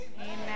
Amen